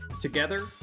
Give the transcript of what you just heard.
Together